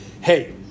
Hey